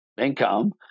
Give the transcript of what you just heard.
income